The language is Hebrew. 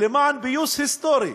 ולמען פיוס היסטורי,